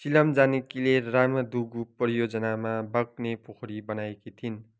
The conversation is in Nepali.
सिलाम जानकीले रामादुगु परियोजनामा बग्ने पोखरी बनाएकी थिइन्